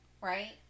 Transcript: right